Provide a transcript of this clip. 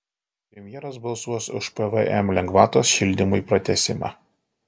premjeras balsuos už pvm lengvatos šildymui pratęsimą